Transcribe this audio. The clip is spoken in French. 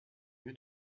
lieu